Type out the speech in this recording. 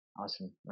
Awesome